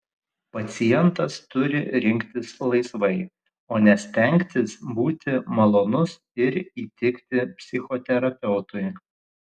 pacientas turi rinktis laisvai o ne stengtis būti malonus ir įtikti psichoterapeutui